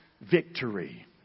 victory